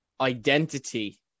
identity